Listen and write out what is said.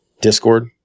discord